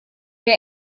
der